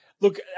Look